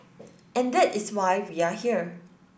and that is why we are here